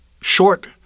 short